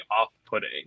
off-putting